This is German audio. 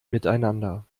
miteinander